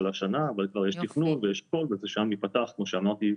השנה וכבר יש תכנון וזה שם ייפתח כמו שאמרתי,